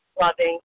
loving